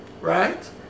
right